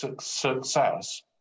success